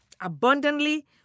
abundantly